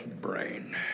brain